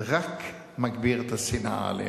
רק מגביר את השנאה אלינו.